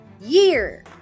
Year